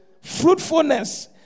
fruitfulness